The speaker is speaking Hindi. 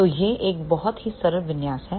तो यह एक बहुत ही सरल विन्यास है